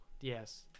Yes